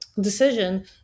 decision